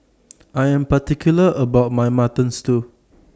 I Am particular about My Mutton Stew